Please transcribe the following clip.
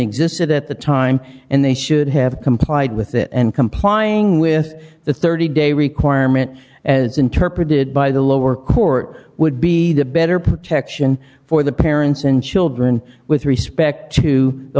existed at the time and they should have complied with it and complying with the thirty day requirement as interpreted by the lower court would be the better protection for the parents and children with respect to the